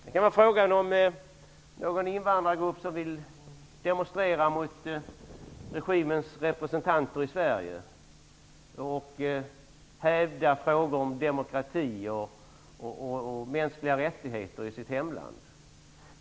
Det kan vara fråga om någon invandrargrupp som vill demonstrera mot regimens representanter i Sverige och hävda demokrati och mänskliga rättigheter i sitt hemland.